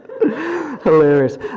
hilarious